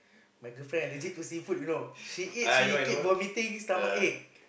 my girlfriend allergic to seafood you know she eat she keep vomiting stomach ache